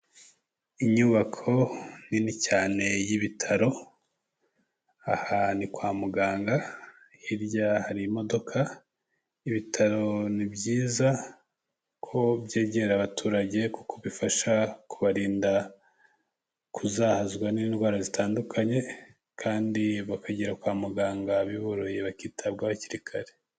Inyubako nini cyane y'ibitaro, aha ni kwa muganga, hirya hari imodoka, ibitaro ni byiza ko byegera abaturage kuko bifasha kubarinda kuzahazwa n'indwara zitandukanye kandi bakagera kwa muganga biboroheye bakitabwaho hakiri kare.